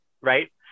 Right